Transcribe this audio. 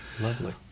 Lovely